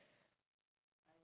apa tu